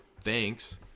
thanks